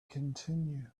continued